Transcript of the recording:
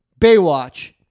Baywatch